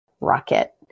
rocket